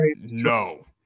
No